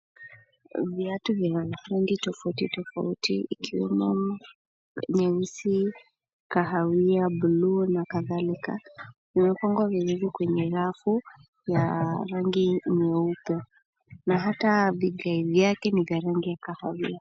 Viatu vyenye ufundi tofauti tofauti ikiwemo nyeusi, kahawia, bluu na kadhalika, vimepangwa vizuri kwenye rafu ya rangi nyeupe. Na hata vigae vyake ni vya rangi ya kahawia.